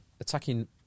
attacking